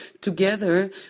together